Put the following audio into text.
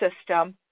system